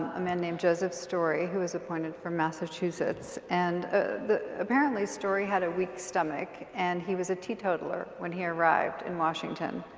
a man named joseph story, who was appointed from massachusettes and apparently story had a weak stomach and he was a tea toddler when he arrived in washington